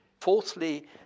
Fourthly